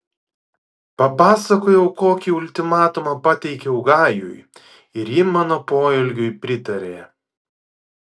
papasakojau kokį ultimatumą pateikiau gajui ir ji mano poelgiui pritarė